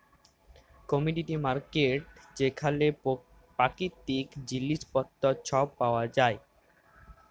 commodity market যেখালে পাকিতিক জিলিস পত্তর ছব পাউয়া যায়